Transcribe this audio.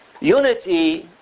Unity